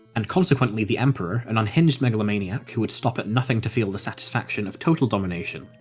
and consequently the emperor, an unhinged megalomaniac who would stop at nothing to feel the satisfaction of total domination,